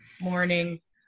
mornings